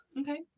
Okay